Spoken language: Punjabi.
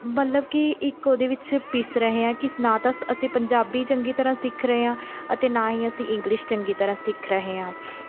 ਮਤਲਬ ਕਿ ਇੱਕ ਉਹਦੇ ਵਿੱਚ ਪਿਸ ਰਹੇ ਹਾਂ ਕਿ ਨਾ ਤਾਂ ਅਸੀਂ ਪੰਜਾਬੀ ਚੰਗੀ ਤਰ੍ਹਾਂ ਸਿੱਖ ਰਹੇ ਹਾਂ ਅਤੇ ਨਾ ਹੀ ਅਸੀਂ ਇੰਗਲਿਸ਼ ਚੰਗੀ ਤਰ੍ਹਾਂ ਸਿੱਖ ਰਹੇ ਹਾਂ